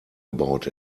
about